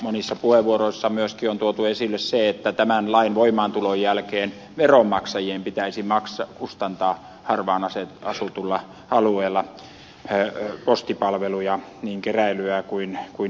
monissa puheenvuoroissa on myöskin tuotu esille se että tämän lain voimaantulon jälkeen veronmaksajien pitäisi kustantaa harvaanasutuilla alueilla postipalveluja niin keräilyä kuin jakeluakin